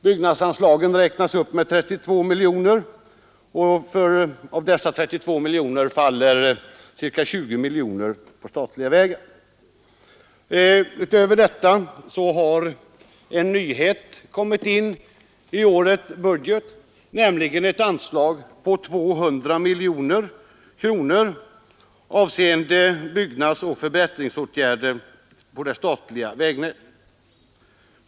Byggnadsanslagen räknas upp med 32 miljoner, och av dessa faller ca 20 miljoner på statliga vägar. Utöver detta har en nyhet kommit in i årets budget, nämligen ett konjunkturbetingat anslag på 200 miljoner kronor för byggnadsoch förbättringsåtgärder avseende det statliga vägnätet.